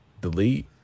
Delete